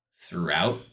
throughout